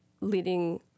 leading